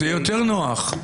זה יותר נוח,